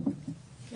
היא